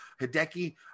Hideki